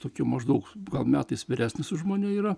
tokiu maždaug metais vyresnis už mane yra